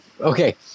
okay